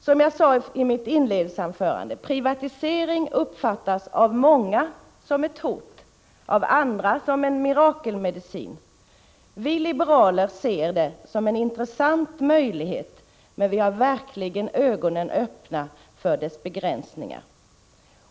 Som jag sade i mitt inledningsanförande: Privatisering uppfattas av många som ett hot, av andra som en mirakelmedicin. Vi liberaler ser det som en intressant möjlighet, men vi har verkligen ögonen öppna för dess begränsningar.